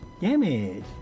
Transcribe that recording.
Damage